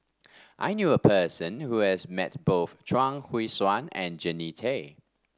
I knew a person who has met both Chuang Hui Tsuan and Jannie Tay